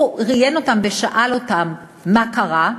הוא ראיין אותם ושאל אותם מה קרה,